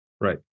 Right